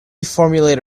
formulate